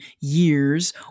years